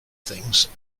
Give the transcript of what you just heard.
things